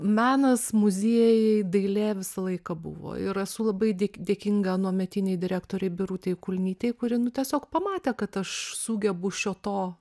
menas muziejai dailė visą laiką buvo ir esu labai dėkinga anuometinei direktorei birutei kulnytei kuri tiesiog pamatė kad aš sugebu šio to